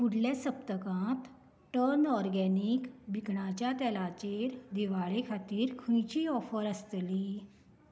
फुडले सप्तकांत टर्न ऑरगॅनिक भिकणांच्या तेलाचेर दिवाळे खातीर खंयचीय ऑफर आसतली